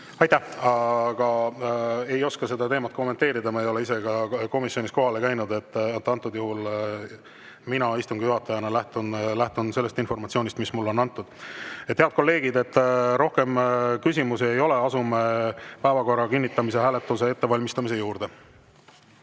Aitäh! Ei oska seda teemat kommenteerida, ma ei ole ise komisjonis kohal käinud. Antud juhul mina istungi juhatajana lähtun sellest informatsioonist, mis mulle on antud. Head kolleegid, rohkem küsimusi ei ole. Asume päevakorra kinnitamise hääletuse ettevalmistamise juurde.